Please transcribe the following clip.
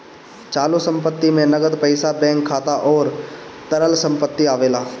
चालू संपत्ति में नगद पईसा बैंक खाता अउरी तरल संपत्ति आवेला